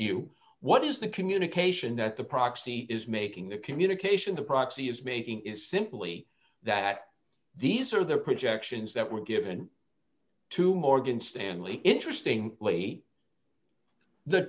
you what is the communication that the proxy is making the communication to proxy is making is simply that these are the projections that were given to morgan stanley interesting late the